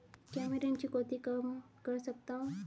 क्या मैं ऋण चुकौती कम कर सकता हूँ?